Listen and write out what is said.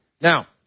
Now